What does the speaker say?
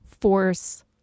force